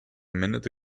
minute